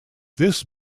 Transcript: this